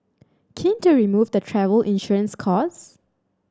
keen to remove the travel insurance cost